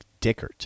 Dickert